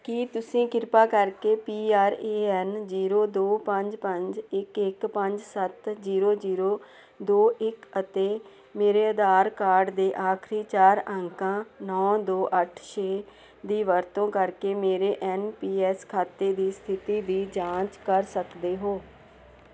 ਕੀ ਤੁਸੀਂ ਕਿਰਪਾ ਕਰਕੇ ਪੀਆਰਏਐੱਨ ਜੀਰੋ ਦੋ ਪੰਜ ਪੰਜ ਇੱਕ ਇੱਕ ਪੰਜ ਸੱਤ ਜੀਰੋ ਜੀਰੋ ਦੋ ਇੱਕ ਅਤੇ ਮੇਰੇ ਆਧਾਰ ਕਾਰਡ ਦੇ ਆਖਰੀ ਚਾਰ ਅੰਕਾਂ ਨੌਂ ਦੋ ਅੱਠ ਛੇ ਦੀ ਵਰਤੋਂ ਕਰਕੇ ਮੇਰੇ ਐੱਨ ਪੀ ਐੱਸ ਖਾਤੇ ਦੀ ਸਥਿਤੀ ਦੀ ਜਾਂਚ ਕਰ ਸਕਦੇ ਹੋ